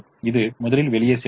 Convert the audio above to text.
இது முதலில் வெளியே செல்கிறது